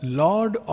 lord